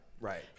Right